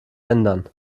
ändern